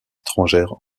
étrangère